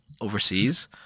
overseas